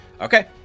Okay